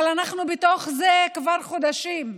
אבל אנחנו בתוך זה כבר חודשים.